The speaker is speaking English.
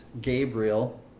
Gabriel